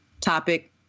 topic